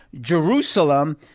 Jerusalem